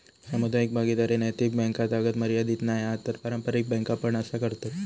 सामुदायिक भागीदारी नैतिक बॅन्कातागत मर्यादीत नाय हा तर पारंपारिक बॅन्का पण असा करतत